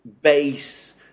base